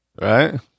Right